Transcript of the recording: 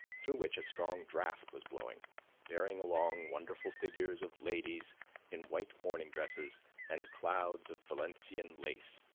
through which a strong draught was blowing bearing along wonderful figures of ladies in white morning dresses and clouds of valenciennes lace,